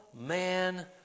man